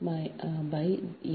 n